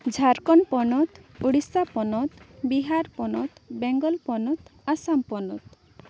ᱡᱷᱟᱲᱠᱷᱚᱸᱰ ᱯᱚᱱᱚᱛ ᱩᱲᱤᱥᱥᱟ ᱯᱚᱱᱚᱛ ᱵᱤᱦᱟᱨ ᱯᱚᱱᱚᱛ ᱵᱮᱝᱜᱚᱞ ᱯᱚᱱᱚᱛ ᱟᱥᱟᱢ ᱯᱚᱱᱚᱛ